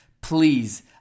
please